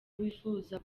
wifuza